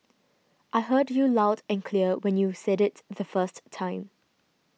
I heard you loud and clear when you said it the first time